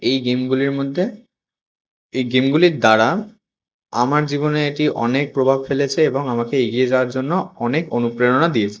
এই গেমগুলির মধ্যে এই গেমগুলির দ্বারা আমার জীবনে এটি অনেক প্রভাব ফেলেছে এবং আমাকে এগিয়ে যাওয়ার জন্য অনেক অনুপ্রেরণা দিয়েছে